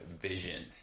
vision